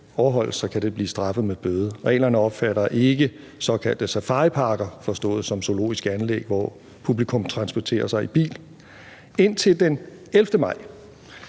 overholdes, kan det blive straffet med bøde. Reglerne omfatter ikke såkaldte safariparker forstået som zoologiske anlæg, hvor publikum transporterer sig i bil. Indtil den 11. maj